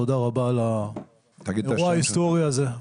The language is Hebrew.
תודה רבה על האירוע ההיסטורי הזה.